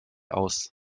aus